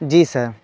جی سر